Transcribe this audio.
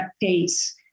pace